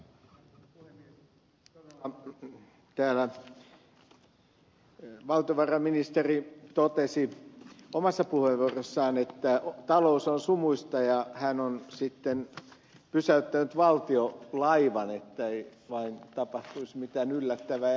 täällä valtiovarainministeri totesi omassa puheenvuorossaan että talous on sumuista ja hän on sitten pysäyttänyt valtiolaivan että ei vain tapahtuisi mitään yllättävää